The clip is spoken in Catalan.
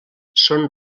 són